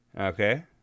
okay